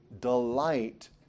delight